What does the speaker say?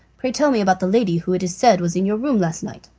pray tell me about the lady who, it is said, was in your room last night.